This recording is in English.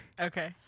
Okay